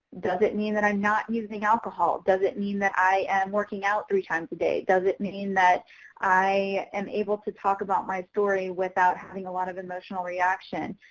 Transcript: does it mean that i'm not using alcohol? does it mean that i am working out three times a day? does it mean that i am able to talk about my story without having a lot of emotional reaction?